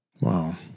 Wow